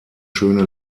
schöne